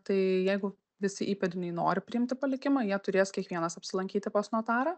tai jeigu visi įpėdiniai nori priimti palikimą jie turės kiekvienas apsilankyti pas notarą